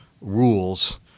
rules